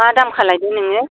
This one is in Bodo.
मा दाम खालायदों नोङो